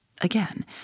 Again